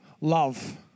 love